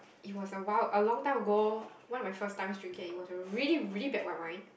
it was awhile a long time ago one of my first times drinking and it was a really really bad white wine